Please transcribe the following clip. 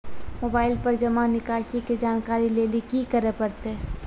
Mobile पर जमा निकासी के जानकरी लेली की करे परतै?